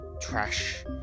trash